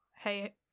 hey